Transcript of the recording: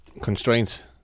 constraints